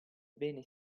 bene